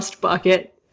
bucket